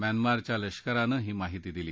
म्यानमारच्या लष्करानं ही माहिती दिली